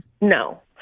No